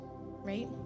right